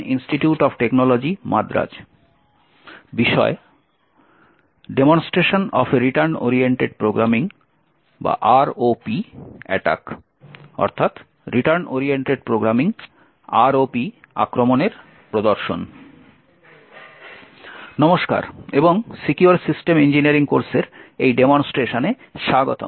নমস্কার এবং secure system engineering কোর্সের এই ডেমনস্ট্রেশনে স্বাগতম